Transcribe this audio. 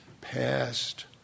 past